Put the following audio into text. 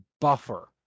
buffer